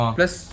Plus